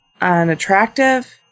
unattractive